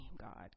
God